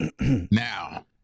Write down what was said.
Now